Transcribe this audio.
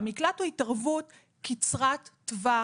המקלט הוא התערבות קצרת טווח,